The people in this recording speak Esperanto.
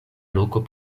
loko